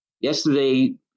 yesterday